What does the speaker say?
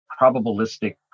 probabilistic